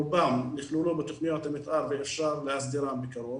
רובם יכללו בתכניות המתאר ואפשר להסדירם בקרוב,